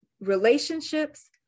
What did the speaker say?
relationships